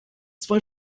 zwei